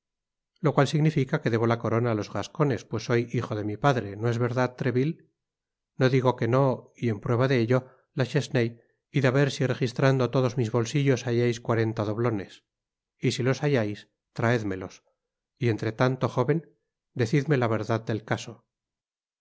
lo cual significa que debo la corona á los gascones pues soy hijo de mi padre no es verdad treville no digo que nó y en prueba de ello la chesnaye id á ver si registrando todos mis bolsillos hallais cuarenta doblones y si los hallais traédmelos y entre tanto joven decidme la verdad del caso